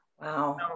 Wow